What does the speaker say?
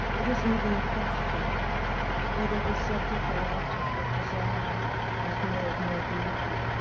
it isn't even a question whether the subject or object of desire is made more beautiful.